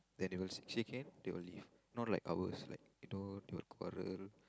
then you got say say can they will leave not like ours like you know to a quarrel